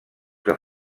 que